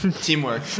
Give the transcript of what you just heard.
Teamwork